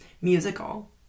musical